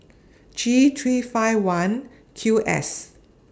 G three five one Q S